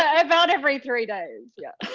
ah about every three days, yeah.